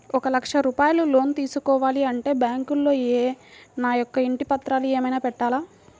ఒక లక్ష రూపాయలు లోన్ తీసుకోవాలి అంటే బ్యాంకులో నా యొక్క ఇంటి పత్రాలు ఏమైనా పెట్టాలా?